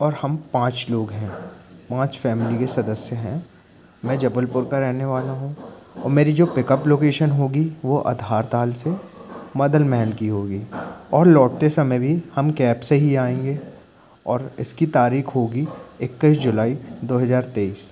और हम पाँच लोग हैं पाँच फ़ैमिली के सदस्य हैं मैं जबलपुर का रहनेवाला हूँ और मेरी जो पिकअप लोकेशन होगी वो आधारताल से मदन महल की होगी और लौटते समय भी हम कैब से ही आएंगे और इसकी तारीख़ होगी इक्कीस जुलाई दो हज़ार तेईस